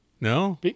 No